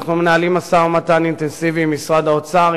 אנחנו מנהלים משא-ומתן אינטנסיבי עם משרד האוצר,